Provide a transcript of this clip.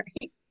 right